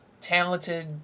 talented